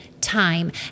time